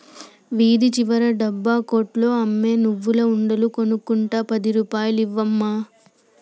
వీధి చివర డబ్బా కొట్లో అమ్మే నువ్వుల ఉండలు కొనుక్కుంట పది రూపాయలు ఇవ్వు అమ్మా